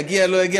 יגיע או לא יגיע.